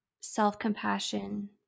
self-compassion